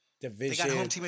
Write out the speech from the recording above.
division